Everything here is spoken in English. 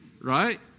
Right